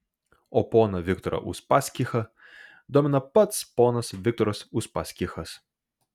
o poną viktorą uspaskichą domina pats ponas viktoras uspaskichas